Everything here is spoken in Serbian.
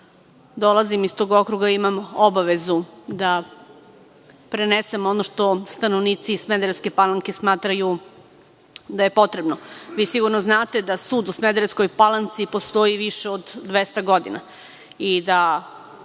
dolazim iz tog okruga i imam obavezu da prenesem ono što stanovnici Smederevske Palanke smatraju da je potrebno. Vi sigurno znate da sud u Smederevskoj Palanci postoji više od dvesta godina